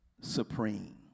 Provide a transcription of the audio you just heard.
supreme